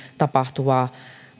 tapahtuvaa